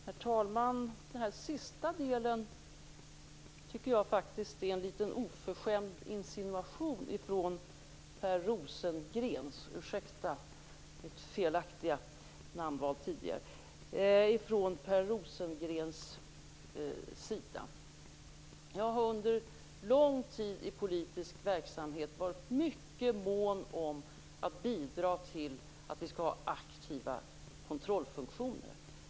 Herr talman! Den sista delen av anförandet tycker jag faktiskt är en liten oförskämd insinuation från Per Rosengrens sida. Jag har under lång tid i politisk verksamhet varit mycket mån om att bidra till att vi skall ha aktiva kontrollfunktioner.